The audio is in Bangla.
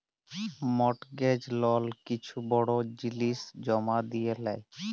মর্টগেজ লল কিছু বড় জিলিস জমা দিঁয়ে লেই